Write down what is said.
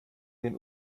den